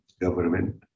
government